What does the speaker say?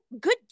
good